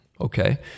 Okay